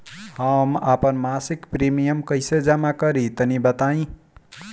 हम आपन मसिक प्रिमियम कइसे जमा करि तनि बताईं?